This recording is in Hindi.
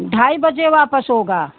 ढाई बजे वापस होगा